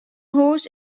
hús